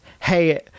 Hey